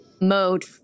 mode